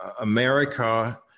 America